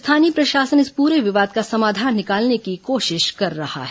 स्थानीय प्रशासन इस पूरे विवाद का समाधान निकालने की कोशिश कर रहा है